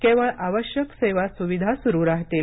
केवळ आवश्यक सेवा सुविधा सुरु राहतील